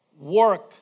work